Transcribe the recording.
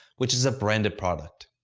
which is a branded product.